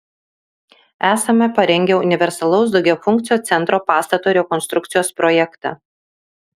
esame parengę universalaus daugiafunkcio centro pastato rekonstrukcijos projektą